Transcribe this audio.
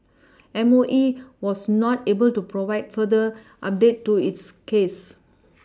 M O E was not able to provide further update to it's case